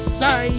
say